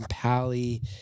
pally